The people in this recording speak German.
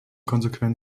konsequent